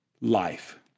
life